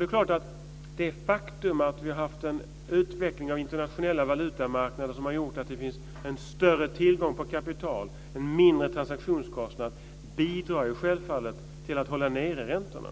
Det är klart att det faktum att vi har haft en utveckling av internationella valutamarknader som har gjort att det finns större tillgång på kapital och mindre transaktionskostnader bidrar till att hålla nere räntorna.